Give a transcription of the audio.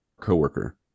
coworker